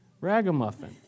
ragamuffin